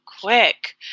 quick